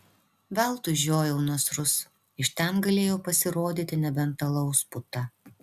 veltui žiojau nasrus iš ten galėjo pasirodyti nebent alaus puta